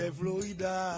florida